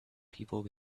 people